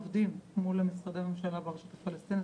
אנחנו עובדים מול משרדי הממשלה ברשות הפלסטינית,